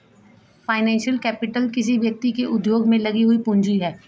financial capital किसी व्यक्ति के उद्योग में लगी हुई पूंजी है